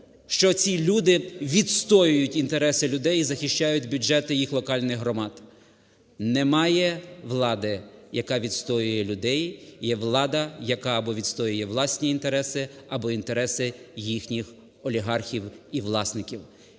що ці люди відстоюють інтереси людей і захищають бюджети їх локальних громад. Немає влади, яка відстоює людей і є влада, яка або відстоює власні інтереси, або інтереси їхніх олігархів і власників.